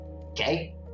Okay